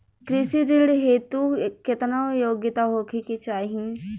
कृषि ऋण हेतू केतना योग्यता होखे के चाहीं?